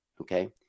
Okay